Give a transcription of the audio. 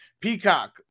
Peacock